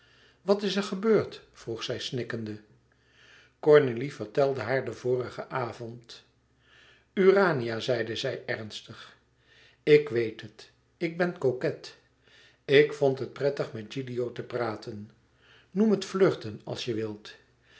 wat is er gebeurd vroeg zij snikkende cornélie vertelde haar den vorigen avond urania zeide zij ernstig ik weet het ik ben coquet ik vond het prettig met gilio te praten noem het flirten als je wilt